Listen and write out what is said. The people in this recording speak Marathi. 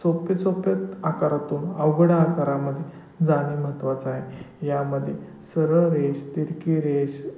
सोपे सोप्या आकारातून अवघड आकारामध्ये जाणे महत्त्वाचं आहे यामध्ये सरळ रेष तिरकी रेष